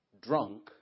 drunk